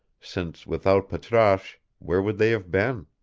since without patrasche where would they have been?